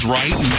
right